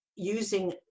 Using